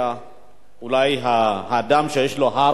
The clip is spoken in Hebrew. אולי האדם שיש לו הכי הרבה זכויות